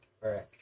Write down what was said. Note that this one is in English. Right